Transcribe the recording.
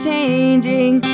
changing